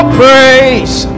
praise